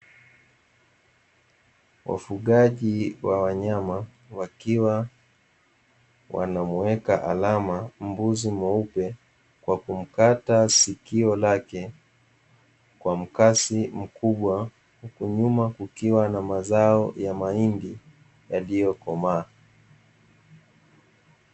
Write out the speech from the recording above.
Wafugaji wa wanyama wakiwa wanamuweka alama mbuzi mweupe kwa kumkata sikio lake kwa mkasi mkubwa, huku nyuma kukiwa na mazao ya mahindi yaliyokomaa.